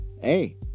Hey